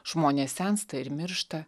žmonės sensta ir miršta